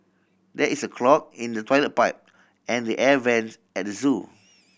there is a clog in the toilet pipe and the air vents at the zoo